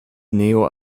neo